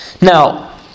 Now